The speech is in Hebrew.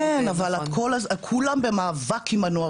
כולם במאבק עם הנוער,